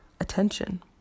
attention